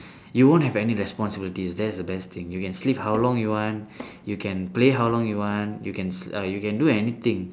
you won't have any responsibilities that's the best thing you can sleep how long you want you can play how long you want you can s~ uh you can do anything